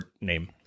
name